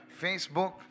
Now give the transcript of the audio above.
Facebook